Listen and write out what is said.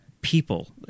people